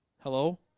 Hello